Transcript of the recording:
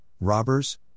robbers